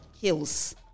hills